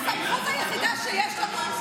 הסמכות היחידה שיש לנו זה לקבוע,